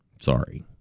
Sorry